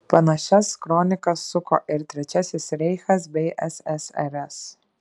panašias kronikas suko ir trečiasis reichas bei ssrs